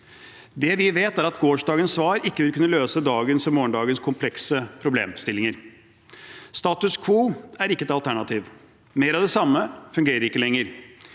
Det vi vet, er at gårsdagens svar ikke vil kunne løse dagens og morgendagens komplekse problemstillinger. Status quo er ikke et alternativ. Mer av det samme fungerer ikke lenger.